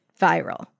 viral